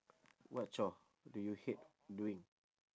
what chore do you hate doing